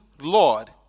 Lord